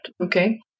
Okay